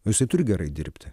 nu jisai turi gerai dirbti